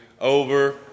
over